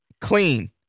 Clean